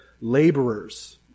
laborers